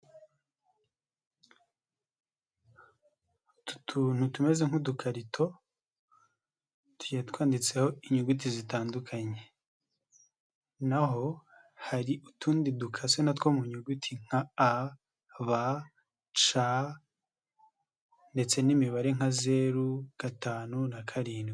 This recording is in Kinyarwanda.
Utu tuntu tumeze nk'udukarito yatwanditseho inyuguti zitandukanye, naho hari utundi dukase na two mu nyuguti nka A, B, C ndetse n'imibare nka zeru, gatanu na karindwi.